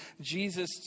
Jesus